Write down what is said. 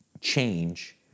change